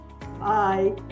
Bye